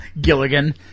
Gilligan